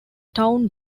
town